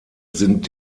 sind